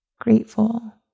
grateful